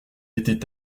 était